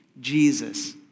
Jesus